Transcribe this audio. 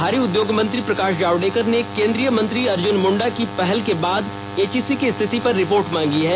भारी उद्योग मंत्री प्रका जावेड़कर ने केंद्रीय मंत्री अर्जुन मुंडा की पहल के बाद एचइसी की स्थिति पर रिपोर्ट मांगी है